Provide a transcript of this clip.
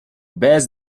bears